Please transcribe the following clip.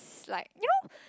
like you know